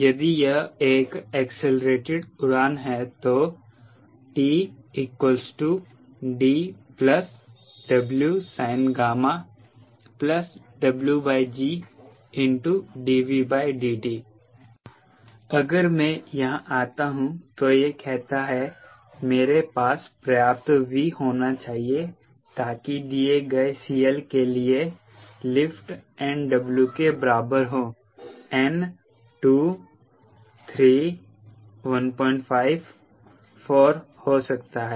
यदि यह एक एक्सीलरेटेड उड़ान है तो 𝑇 𝐷 𝑊𝑠𝑖𝑛𝛾 WgdVdt अगर मैं यहां आता हूं तो यह कहता है मेरे पास पर्याप्त V होना चाहिए ताकि दिए गए CL के लिए लिफ्ट nW के बराबर हो n 2 3 15 4 हो सकता है